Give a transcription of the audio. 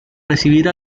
recibir